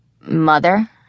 Mother